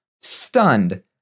stunned